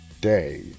day